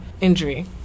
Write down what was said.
injury